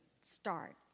start